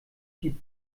die